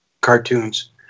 cartoons